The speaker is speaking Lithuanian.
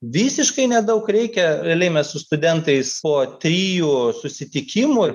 visiškai nedaug reikia realiai mes su studentais po trijų susitikimų ir